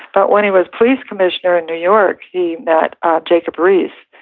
but when he was police commissioner in new york, he met jacob riis,